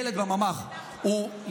ילד בממ"ח הוא,